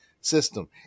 system